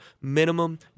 minimum